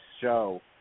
show